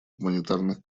гуманитарных